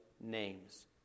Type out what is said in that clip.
names